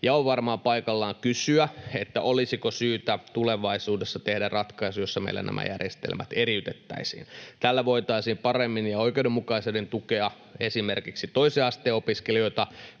On varmaan paikallaan kysyä, olisiko syytä tulevaisuudessa tehdä ratkaisu, jossa meillä nämä järjestelmät eriytettäisiin. Tällä voitaisiin paremmin ja oikeudenmukaisemmin tukea esimerkiksi toisen asteen opiskelijoita,